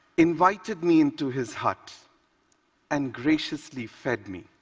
invited me into his hut and graciously fed me.